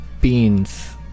Beans